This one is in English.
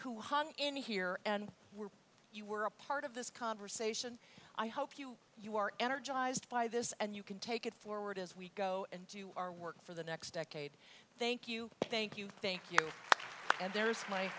who hung in here and were you were a part of this conversation i hope you you are energized by this and you can take it forward as we go and do our work for the next decade thank you thank you you thank and there's